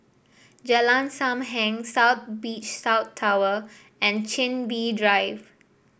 Jalan Sam Heng South Beach South Tower and Chin Bee Drive